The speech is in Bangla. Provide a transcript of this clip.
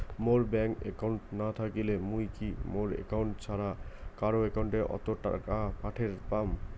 মোর ব্যাংক একাউন্ট না থাকিলে মুই কি মোর একাউন্ট ছাড়া কারো একাউন্ট অত টাকা পাঠের পাম?